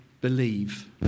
believe